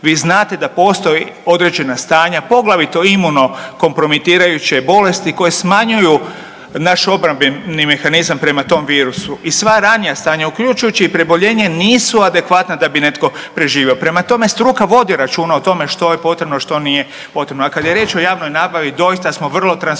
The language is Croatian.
Vi znate da postoje određena stanja, poglavito imuno kompromitirajuće bolesti koje smanjuju naš obrambeni mehanizam prema tom virusu i sva ranija stanja, uključujući i preboljenje nisu adekvatna da bi netko preživio. Prema tome, struka vodi računa o tome što je potrebno što nije potrebno. A kada je riječ o javnoj nabavi doista smo vrlo transparentni,